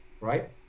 Right